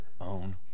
own